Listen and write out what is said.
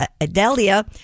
adelia